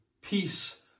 peace